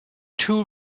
too